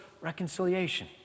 reconciliation